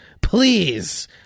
please